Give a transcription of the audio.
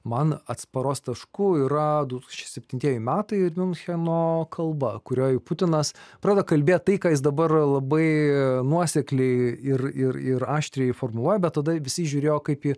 man atsparos tašku yra du tūkstančiai septintieji metai ir miuncheno kalba kurioj putinas pradeda kalbėt tai ką jis dabar labai nuosekliai ir ir ir aštriai formuoja bet tada visi žiūrėjo kaip į